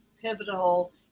pivotal